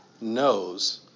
knows